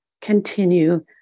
continue